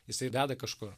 jisai veda kažkur